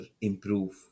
improve